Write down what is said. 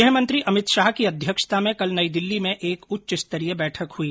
गृहमंत्री अमित शाह की अध्यक्षता में कल नई दिल्ली में एक उच्च स्तरीय बैठक हुई